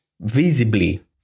visibly